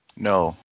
No